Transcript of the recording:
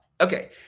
Okay